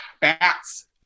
Bats